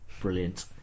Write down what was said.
brilliant